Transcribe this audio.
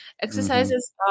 Exercises